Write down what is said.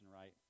right